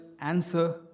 answer